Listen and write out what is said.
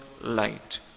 light